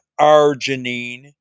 arginine